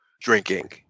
drinking